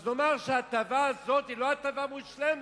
אז נאמר שההטבה הזאת היא לא הטבה מושלמת.